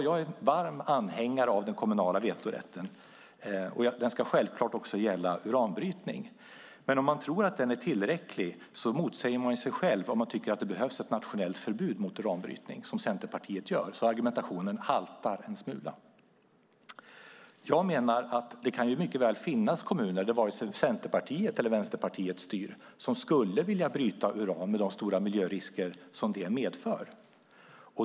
Jag är varm anhängare av den, och den ska självklart gälla också uranbrytning. Men om man tror att den är tillräcklig motsäger man ju sig själv om man tycker att det behövs ett nationellt förbud mot uranbrytning, vilket Centerpartiet gör. Argumentationen haltar alltså en smula. Jag menar att det mycket väl kan finnas kommuner där vare sig Centerpartiet eller Vänsterpartiet styr som skulle vilja bryta uran, med de stora miljörisker det medför.